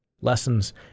lessons